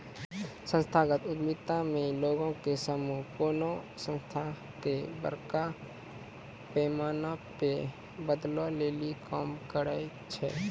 संस्थागत उद्यमिता मे लोगो के समूह कोनो संस्था के बड़का पैमाना पे बदलै लेली काम करै छै